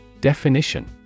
Definition